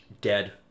dead